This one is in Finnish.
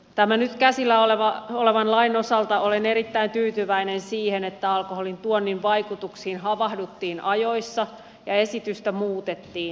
tämän nyt käsillä olevan lain osalta olen erittäin tyytyväinen siihen että alkoholin tuonnin vaikutuksiin havahduttiin ajoissa ja esitystä muutettiin